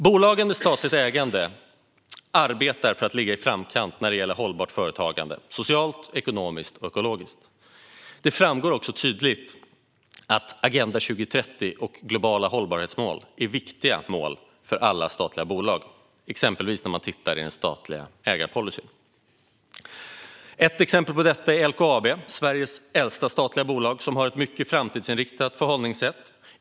Bolagen med statligt ägande arbetar för att ligga i framkant när det gäller hållbart företagande - socialt, ekonomiskt och ekologiskt. Det framgår också tydligt att Agenda 2030 och globala hållbarhetsmål är viktiga mål för alla statliga bolag, vilket man exempelvis ser när man tittar i den statliga ägarpolicyn. Ett exempel på detta är LKAB, Sveriges äldsta statliga bolag, som har ett mycket framtidsinriktat förhållningssätt.